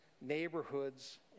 neighborhoods